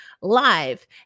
live